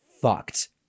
fucked